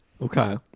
Okay